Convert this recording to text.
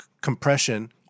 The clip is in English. compression